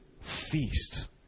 feast